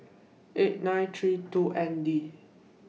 eight nine three two N D